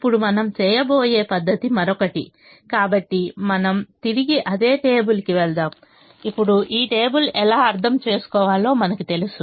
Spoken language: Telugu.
ఇప్పుడు మనం చేయబోయే పద్ధతి మరొకటి కాబట్టి మనం తిరిగి అదే టేబుల్కి వెళ్తాము ఇప్పుడు ఈ టేబుల్ ఎలా అర్థం చేసుకోవాలో మనకు తెలుసు